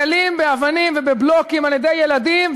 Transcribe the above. שנסקלים באבנים ובבלוקים על-ידי ילדים,